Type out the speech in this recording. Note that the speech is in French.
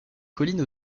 colline